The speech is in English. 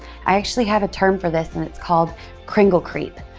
i actually have a term for this, and it's called cringle creep.